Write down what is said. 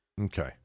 okay